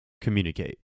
communicate